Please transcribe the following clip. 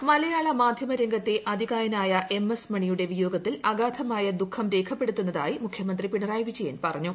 മണി മലയാള മാധ്യമ രംഗത്തെ അതികായനായ എം എസ് മണിയുടെ വിയോഗത്തിൽ അഗാധമായ ദുഃഖം രേഖപ്പെടുത്തുന്നതായി മുഖ്യമന്ത്രി പിണറായി വിജയൻ പറഞ്ഞു